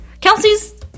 Kelsey's